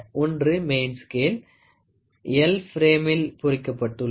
ஓன்று main scale L பிரேமிள் பொறிக்கப்பட்டுள்ளது